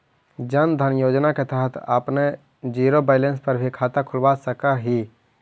जन धन योजना के तहत आपने जीरो बैलेंस पर भी खाता खुलवा सकऽ हिअ